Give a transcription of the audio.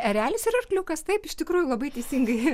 erelis ir arkliukas taip iš tikrųjų labai teisingai